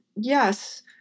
yes